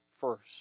first